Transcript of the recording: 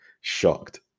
shocked